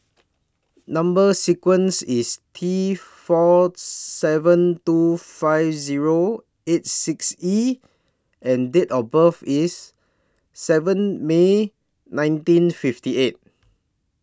Number sequence IS T four seven two five Zero eight six E and Date of birth IS seven May nineteen fifty eight